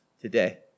today